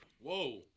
Whoa